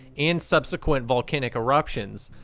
and subsequent volcanic eruptions.